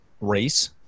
race